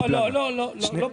לא, לא, לא.